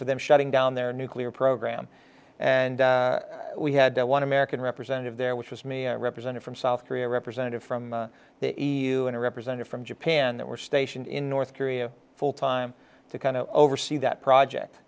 for them shutting down their nuclear program and we had one american representative there which was mia represented from south korea a representative from the e u and a representative from japan that were stationed in north korea full time to kind of oversee that project